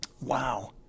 Wow